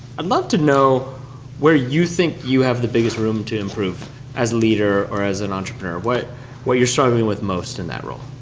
i'd love to know where you think you have the biggest room to improve as a leader, or as an entrepreneur. what what you're struggling with most in that role.